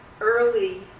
early